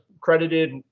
credited